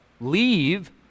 leave